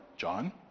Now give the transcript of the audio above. John